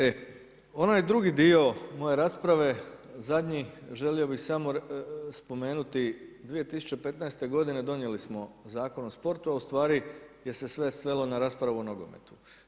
E, onaj drugi dio moje rasprave zadnji, želio bih samo spomenuti 2015. godine donijeli smo Zakon o sportu, a ustvari je se sve svelo na raspravu o nogometu.